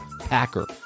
packer